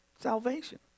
Salvation